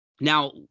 Now